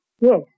Yes